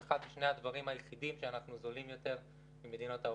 אחד משני הדברים היחידים שאנחנו זולים יותר ממדינות ה-OECD.